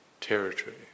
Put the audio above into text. territory